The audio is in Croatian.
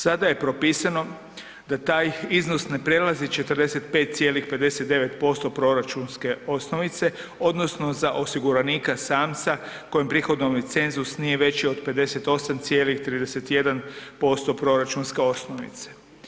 Sada je propisano da taj iznos ne prelazi 45,59% proračunske osnovice odnosno za osiguranika samca kojem prihodovni cenzus nije veći od 58,31% proračunske osnovice.